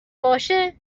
باشه